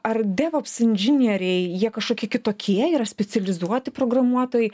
ar devops inžinieriai jie kažkokie kitokie yra specializuoti programuotojai